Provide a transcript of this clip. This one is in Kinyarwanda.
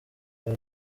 kwa